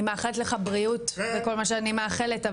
אני מאחלת לך בריאות וכל מה שאני מאחלת.